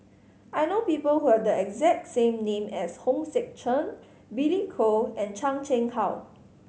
I know people who have the exact name as Hong Sek Chern Billy Koh and Chan Chang How